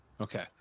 okay